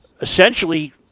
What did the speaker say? essentially